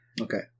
Okay